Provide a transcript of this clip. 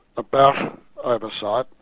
about oversight,